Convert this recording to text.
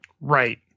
Right